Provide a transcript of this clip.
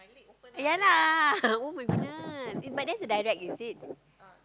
ya lah [oh]-my-goodness it my that's a direct is it